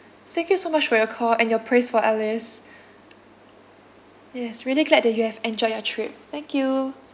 thank you so much for your call and your praise for alice yes really glad that you have enjoyed your trip thank you